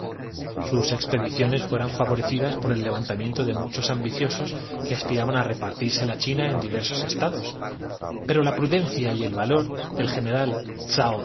sus expediciones fueron favorecidas por el levantamiento de muchos ambiciosos que aspiraban á repartirse la china en di versos estados pero la prudencia y el valor del gene